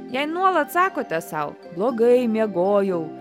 jei nuolat sakote sau blogai miegojau